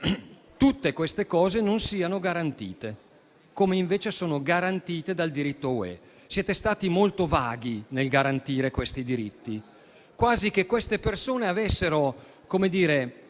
tutte queste cose non siano garantite, come invece sono garantite dal diritto UE. Siete stati molto vaghi nel garantire questi diritti, quasi che queste persone fossero oggetto